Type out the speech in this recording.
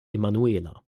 emanuela